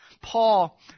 Paul